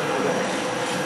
וכו' וכו',